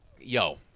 yo